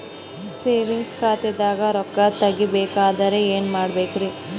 Savings ಖಾತಾದಾಗ ರೊಕ್ಕ ತೇಗಿ ಬೇಕಾದರ ಏನ ಮಾಡಬೇಕರಿ?